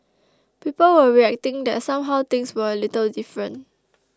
people were reacting that somehow things were a little different